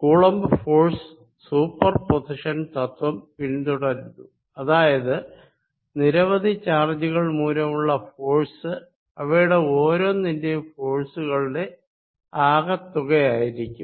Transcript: Coulomb force superposition തത്വം പിന്തുടരുന്നു അതായത് നിരവധി ചാർജുകൾ മൂലമുള്ള ഫോഴ്സ് അവയുടെ ഓരോന്നിന്റെയും ഫോഴ്സ് കളുടെ ആകെത്തുകയായിരിക്കും